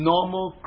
Normal